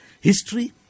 history